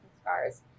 scars